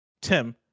Tim